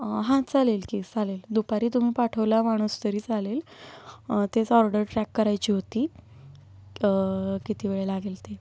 हां चालेल की चालेल दुपारी तुम्ही पाठवला माणूस तरी चालेल तेच ऑर्डर ट्रॅक करायची होती किती वेळ लागेल ते